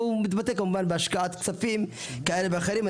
והוא מתבטא כמובן בהשקעת כספים כאלה ואחרים.